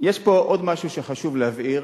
יש פה עוד משהו שחשוב להבהיר,